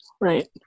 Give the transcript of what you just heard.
Right